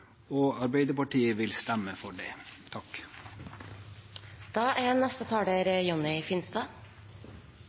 og Arbeiderpartiet vil stemme for det. Det er